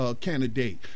candidate